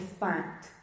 fact